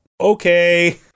Okay